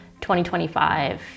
2025